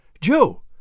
Joe